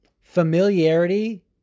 Familiarity